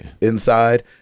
inside